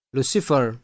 Lucifer